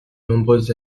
nombreuses